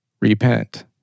repent